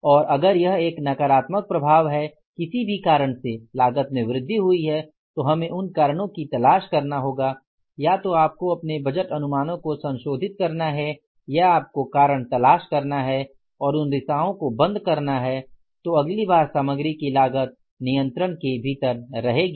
और अगर यह एक नकारात्मक प्रभाव है कि किसी भी कारण से लागत में वृद्धि हुई है तो हमें उन कारणों की तलाश करना होगा या तो आपको अपने बजट अनुमानों को संशोधित करना है या आपको कारण तलाश करना है और उन रिसावों को बंद करना है तो अगली बार सामग्री की लागत नियंत्रण के भीतर रहेगी